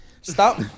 Stop